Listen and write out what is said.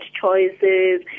choices